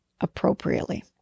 appropriately